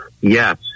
Yes